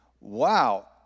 wow